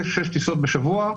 כשש טיסות בשבוע.